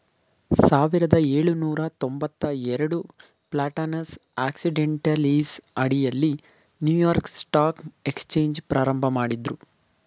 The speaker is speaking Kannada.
ಸಾವಿರದ ಏಳುನೂರ ತೊಂಬತ್ತಎರಡು ಪ್ಲಾಟಾನಸ್ ಆಕ್ಸಿಡೆಂಟಲೀಸ್ ಅಡಿಯಲ್ಲಿ ನ್ಯೂಯಾರ್ಕ್ ಸ್ಟಾಕ್ ಎಕ್ಸ್ಚೇಂಜ್ ಪ್ರಾರಂಭಮಾಡಿದ್ರು